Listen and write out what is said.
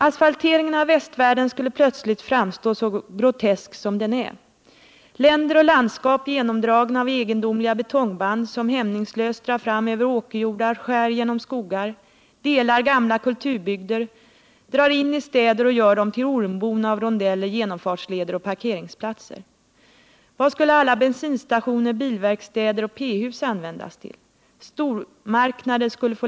Asfalteringen av västvärlden skulle plötsligt framstå så grotesk som den är: länder och landskap genomdragna av egendomliga betongband som hämningslöst drar fram över åkerjordar, skär genom skogar, delar gamla kulturbygder, drar in i städer och gör dem till ormbon av rondeller, genomfartsleder och parkeringsplatser. Vad skulle alla bensinstationer, bilverkstäder och P-hus användas till?